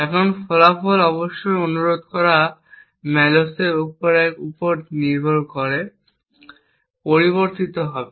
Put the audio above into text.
এখন ফলাফল অবশ্যই অনুরোধ করা ম্যালোকের আকারের উপর নির্ভর করে পরিবর্তিত হবে